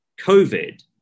COVID